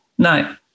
No